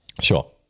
sure